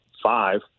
Five